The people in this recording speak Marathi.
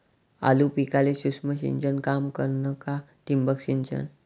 आलू पिकाले सूक्ष्म सिंचन काम करन का ठिबक सिंचन?